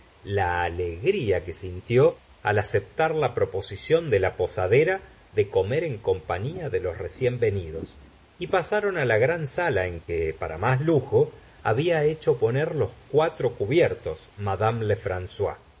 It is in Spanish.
la alegría que sintió al aceptar la proposición de la posadera de comer en compañía de los recien venidos y pasaron á la gran sala en que para más lujo había hecho poner los cuatro cubiertos madame